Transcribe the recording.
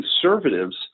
conservatives